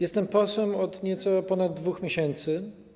Jestem posłem od nieco ponad 2 miesięcy.